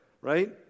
right